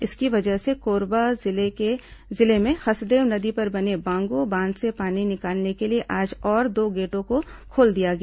इसकी वजह से कोरबा जिले में हसदेव नदी पर बने बांगो बांध से पानी निकालने के लिए आज और दो गेटों को खोल दिया गया